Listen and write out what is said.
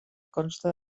consta